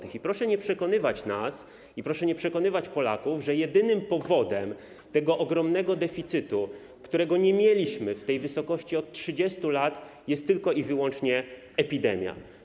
I proszę nie przekonywać nas, proszę nie przekonywać Polaków, że jedynym powodem tego ogromnego deficytu, którego nie mieliśmy w tej wysokości od 30 lat, jest wyłącznie epidemia.